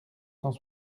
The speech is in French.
cent